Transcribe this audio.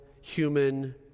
human